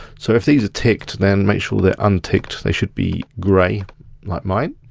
so if these are ticked, then make sure they're unticked, they should be grey like mine.